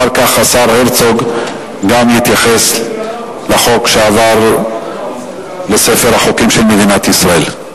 אחר כך גם השר הרצוג יתייחס לחוק שעבר לספר החוקים של מדינת ישראל.